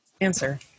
Answer